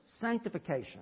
sanctification